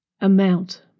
Amount